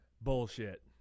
bullshit